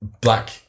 black